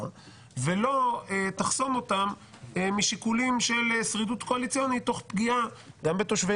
ולא תחסום אותן משיקולים של שרידות קואליציונית תוך פגיעה גם בתושבי